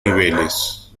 niveles